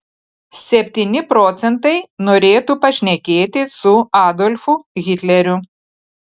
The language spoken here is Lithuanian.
septyni procentai norėtų pašnekėti su adolfu hitleriu